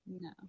No